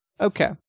Okay